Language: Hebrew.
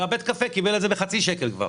בית הקפה מקבל את זה בחצי שקל לכוס